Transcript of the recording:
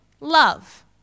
love